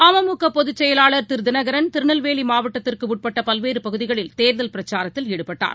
அமமுகபொதுச் செயவாளர் திருதினகரன் திருநெல்வேலிமாவட்டத்திற்குஉட்பட்டபல்வேறுபகுதிகளில் தேர்தல் பிரச்சாரத்தில் ஈடுபட்டார்